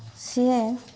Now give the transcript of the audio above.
ସିଏ